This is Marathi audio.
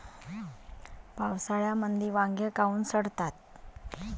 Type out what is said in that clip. पावसाळ्यामंदी वांगे काऊन सडतात?